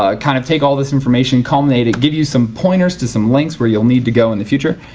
ah kind of take all this information, culminate it, give you some pointers to some links where you'll need to go in the future.